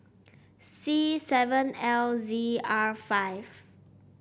C seven L Z R five